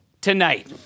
tonight